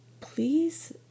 please